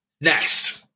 next